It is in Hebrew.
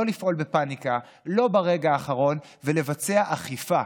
לא לפעול בפניקה, לא ברגע האחרון, ולבצע אכיפה.